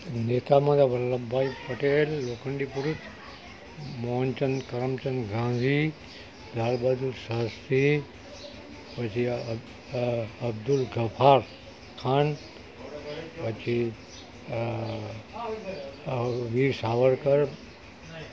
નેતામાં તો વલ્લભ ભાઈ પટેલ લોખંડી પુરુષ મોહનચંદ કરમચંદ ગાંધી લાલ બહાદુર શાસ્ત્રી પછી અબ્દુલ ગફાર ખાન પછી વીર સાવરકર